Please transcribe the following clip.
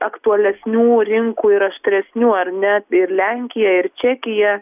aktualesnių rinkų ir aštresnių ar ne ir lenkija ir čekija